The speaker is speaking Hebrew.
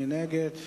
מי נגד?